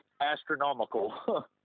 Astronomical